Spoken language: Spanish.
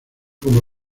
como